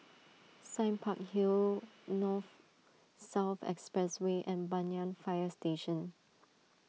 Sime Park Hill North South Expressway and Banyan Fire Station